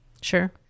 Sure